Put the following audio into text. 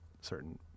certain